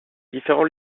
différents